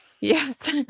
Yes